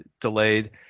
delayed